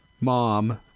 mom